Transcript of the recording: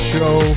Show